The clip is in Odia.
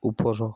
ଉପର